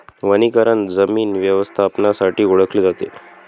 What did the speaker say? वनीकरण जमीन व्यवस्थापनासाठी ओळखले जाते